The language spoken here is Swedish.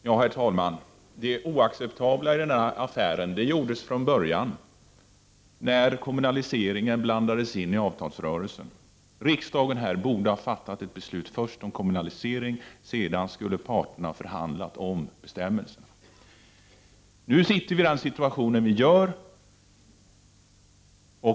Herr talman! Det oacceptabla i den här affären gjordes redan i början när frågan om kommunaliseringen blandades in i avtalsrörelsen. Riksdagen borde först ha fattat ett beslut om kommunalisering. Sedan skulle parterna ha förhandlat om bestämmelserna. Nu är situationen som den är.